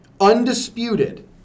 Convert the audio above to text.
Undisputed